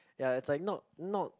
ya it's like not not